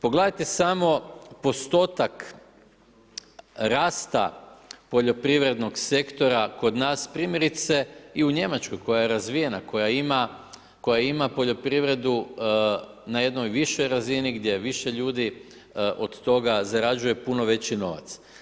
Pogledajte samo postotak rasta poljoprivrednog sektora kod nas primjerice i u Njemačkoj koja je razvijena, koja ima poljoprivredu na jednoj višoj razini, gdje je više ljudi, od toga zarađuje puno veći novac.